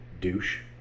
douche